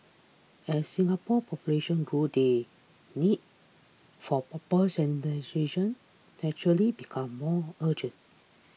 as Singapore population grew the need for proper sanitation naturally became more urgent